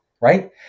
Right